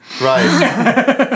Right